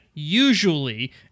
usually